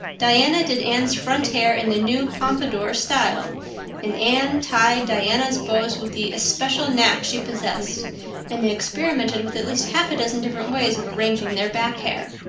diana did anne's front hair in the new pompadour style and anne tied diana's bows with the especial knack she possessed and they experimented with at least half a dozen different ways of arranging their back hair.